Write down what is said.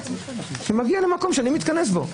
כשהיא מגיעה למקום שאני מתכנס בו,